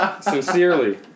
Sincerely